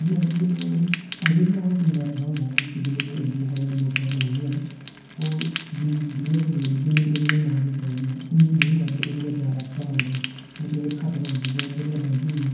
एह् ऐ की जेल्लै अजें बी ऐमें केईं बार ऐसा होंदा ऐ की जिंदे कोल एबीएफ सिस्टम हैन ओह् जिन्नी ब्रेक उनें मारनी चाहिदी ऐ उन्नी नेईं मारदे ओह्दे कोला जादा एक्सट्रा मारदे ते जां घट्ट मारदे ते उंदे कोला बजदी निं ऐ